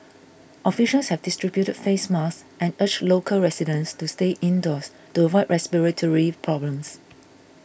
officials have distributed face masks and urged local residents to stay indoors to avoid respiratory problems